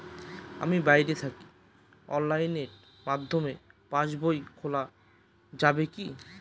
আমি বাইরে থাকি অনলাইনের মাধ্যমে পাস বই খোলা যাবে কি?